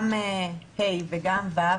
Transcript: גם (ה) וגם (ו),